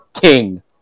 king